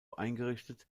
eingerichtet